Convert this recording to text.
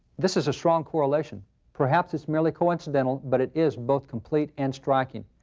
this is a strong correlation perhaps it's merely coincidental, but it is both complete and striking.